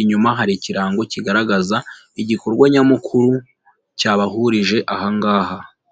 Inyuma hari ikirango kigaragaza igikorwa nyamukuru cyabahurije aha ngaha.